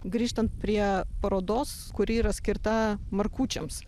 grįžtant prie parodos kuri yra skirta markučiams